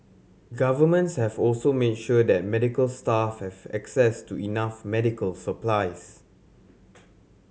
governments have also made sure that medical staff have access to enough medical supplies